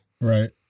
right